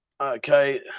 Okay